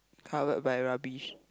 covered by rubbish